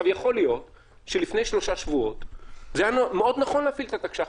יכול להיות שלפני שלושה שבועות זה היה מאוד נכון להפעיל את התקש"ח,